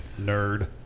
nerd